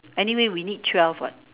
anyway we need twelve what